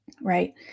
right